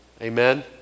Amen